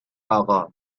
اقا